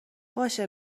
باشه